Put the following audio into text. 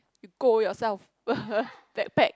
you go yourself backpack